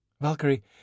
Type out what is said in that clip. Valkyrie